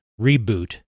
reboot